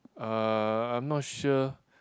uh I'm not sure